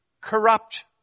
corrupt